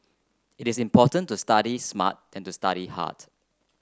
it is more important to study smart than to study hard